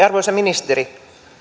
arvoisa ministeri